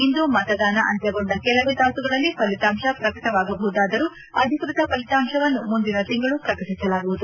ಇಂದು ಮತದಾನ ಅಂತ್ಲಗೊಂಡ ಕೆಲವೇ ತಾಸುಗಳಲ್ಲಿ ಫಲಿತಾಂಶ ಪ್ರಕಟವಾಗಬಹುದಾದರೂ ಅಧಿಕೃತ ಫಲಿತಾಂಶವನ್ನು ಮುಂದಿನ ತಿಂಗಳು ಪ್ರಕಟಿಸಲಾಗುವುದು